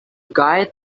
guy